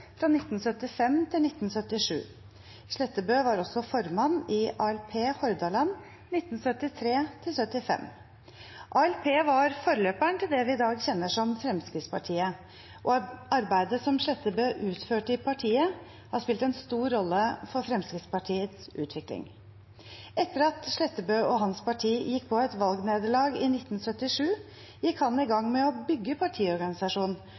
fra 1975 til 1977. Slettebø var også formann i ALP Hordaland fra 1973 til 1975. Anders Langes Parti var forløperen til det vi i dag kjenner som Fremskrittspartiet, og arbeidet som Slettebø utførte i partiet, har spilt en stor rolle for Fremskrittspartiets utvikling. Etter at Slettebø og hans parti gikk på et valgnederlag i 1977, gikk han i gang med å bygge partiorganisasjonen,